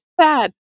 sad